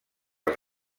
els